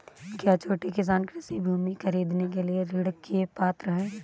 क्या छोटे किसान कृषि भूमि खरीदने के लिए ऋण के पात्र हैं?